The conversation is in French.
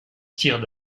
tirent